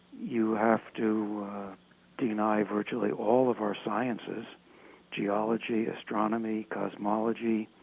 you have to denied virtually all of our sciences geology astronomy cosmology